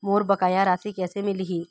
मोर बकाया राशि कैसे मिलही?